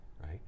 right